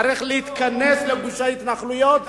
צריך להתכנס לגושי התנחלויות,